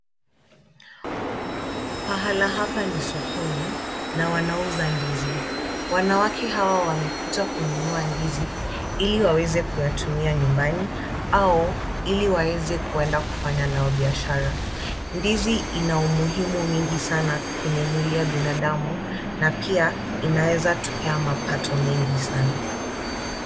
Pahala hapa ni sokoni na wanauza ndizi. Wanawake hawa wamekuja kununua ndizi ili waweze kuyatumia nyumbani au ili waweze kuenda kufanya nayo biashara. Ndizi ina umuhimu mingi sana kwenye mwili ya binadamu na pia inaweza tupea mapato mengi sana.